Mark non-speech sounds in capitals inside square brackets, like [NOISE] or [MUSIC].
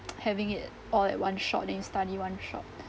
[NOISE] having it all at one shot then you study one shot